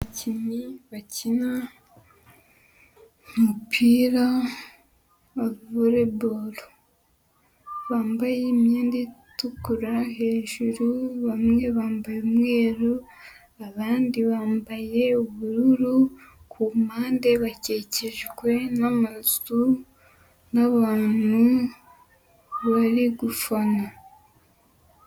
Abakinnyi bakina umupira wa volley ball, bambaye imyenda itukura hejuru, bamwe bambaye umweru, abandi bambaye ubururu, ku mpande bakikijwe n'amazu, n'abantu bari gufana.